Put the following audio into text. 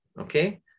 Okay